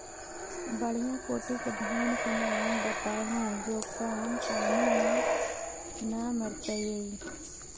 बढ़िया कोटि के धान के नाम बताहु जो कम पानी में न मरतइ?